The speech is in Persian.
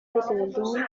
گلدون